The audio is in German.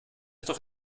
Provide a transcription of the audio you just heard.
doch